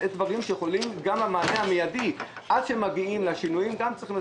אלה דברים שיכולים לתת מענה מיידי עד שמגיעים לשינויים הגדולים.